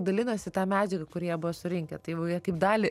dalinosi ta medžiaga kur jie buvo surinkę tai jau jie jau kaip dalį